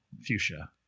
Fuchsia